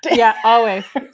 yeah. oh,